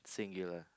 singular